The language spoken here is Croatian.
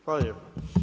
Hvala lijepo.